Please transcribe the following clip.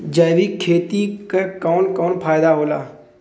जैविक खेती क कवन कवन फायदा होला?